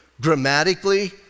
grammatically